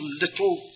little